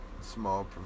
small